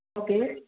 okay